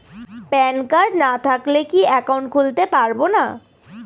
Pan card না থাকলে কি একাউন্ট খুলতে পারবো না?